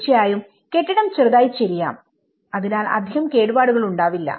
തീർച്ചയായും കെട്ടിടം ചെറുതായി ചെരിയാം അതിനാൽ അധികം കേട്പാടുകൾ ഉണ്ടാവില്ല